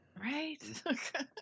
right